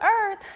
earth